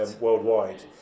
worldwide